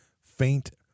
faint